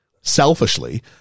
selfishly